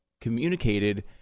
communicated